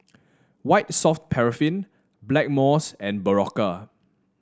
White Soft Paraffin Blackmores and Berocca